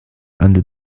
under